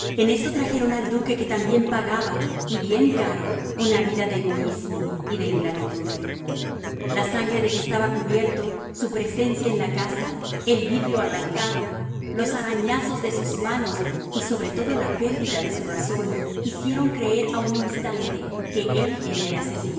en esto trajeron al duque que también pagaba y bien caro una vida de egoísmo y de ingratitud la sangre de que estaba cubierto su presencia en la casa el vidrio arrancado los arañazos de sus manos y sobre todo la pérdida de su razón hicieron creer un instante que él era el asesino